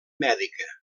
mèdica